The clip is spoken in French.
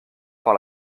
par